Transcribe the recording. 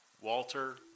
Walter